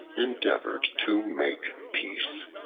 endeavored to make peace,